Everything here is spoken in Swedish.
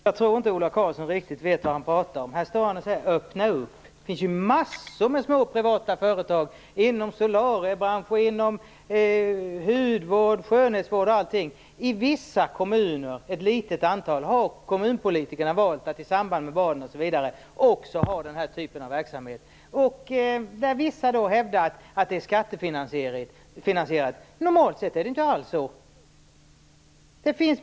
Fru talman! Jag tror inte att Ola Karlsson riktigt vet vad han talar om. Han talar om att "öppna". Det finns ju massor av små privata företag inom solariebranschen, inom hudvård, skönhetsvård och allt möjligt. I ett litet antal kommuner har kommunpolitikerna valt att t.ex. i samband med val också ha denna typ av verksamhet. Vissa hävdar då att denna verksamhet skattefinansieras. Normalt sett är det inte alls så.